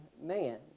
man